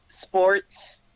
sports